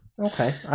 okay